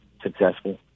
successful